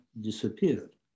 disappeared